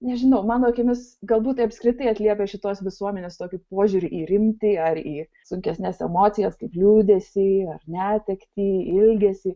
nežinau mano akimis galbūt tai apskritai atliepia šitos visuomenės tokį požiūrį į rimtį ar į sunkesnes emocijas kaip liūdesį ar netektį ilgesį